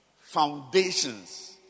Foundations